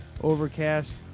Overcast